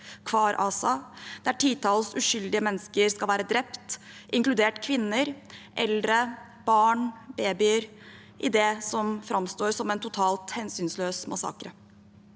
Kfar Aza, der titalls uskyldige mennesker skal være drept, inkludert kvinner, eldre, barn og babyer, i det som framstår som en totalt hensynsløs massakre.